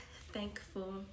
thankful